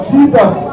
Jesus